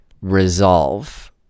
resolve